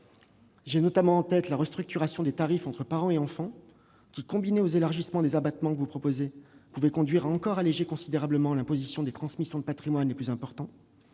J'ai notamment en tête la restructuration des tarifs entre parents et enfants, qui, combinée aux élargissements des abattements proposés, pouvait conduire à alléger encore considérablement l'imposition de transmissions de patrimoines importants.